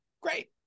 Great